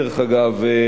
דרך אגב,